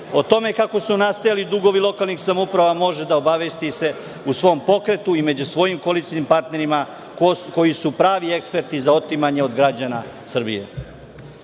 o tome kako su nastajali dugovi lokalnih samouprava može da obavesti se u svom pokretu i među svojim koalicionim partnerima, koji su pravi eksperti za otimanje od građana Srbije. Uvažena